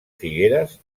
figueres